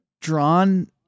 drawn